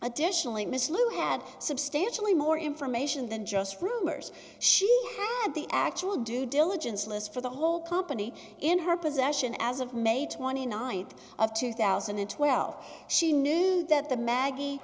additionally miss lou had substantially more information than just rumors she had the actual due diligence list for the whole company in her possession as of may th of two thousand and twelve she knew that the maggie